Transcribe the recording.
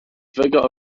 vigour